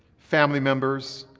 family members,